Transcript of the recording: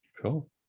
Cool